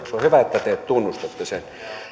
hyvä että te tunnustatte